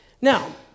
Now